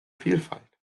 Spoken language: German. vielfalt